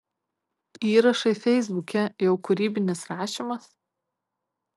įrašai feisbuke jau kūrybinis rašymas